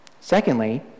Secondly